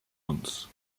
uns